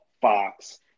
Fox